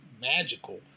magical